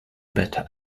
better